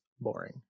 boring